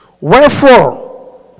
Wherefore